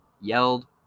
yelled